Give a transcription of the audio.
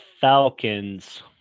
Falcons